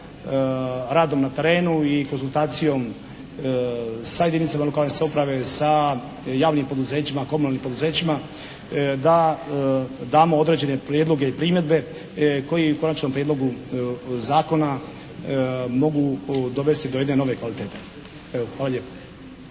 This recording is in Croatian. radom na terenu i konzultacijom sa jedinicama lokalne samouprave, sa javnim poduzećima, komunalnim poduzećima da damo određene prijedloge i primjedbe koji u konačnom prijedlogu zakona mogu dovesti do jedne nove kvalitete. Evo hvala lijepa.